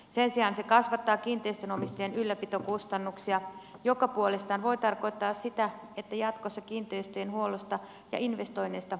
sen sijaan se kasvattaa kiinteistön omistajan ylläpitokustannuksia mikä puolestaan voi tarkoittaa sitä että jatkossa kiinteistöjen huollosta ja investoinneista tingitään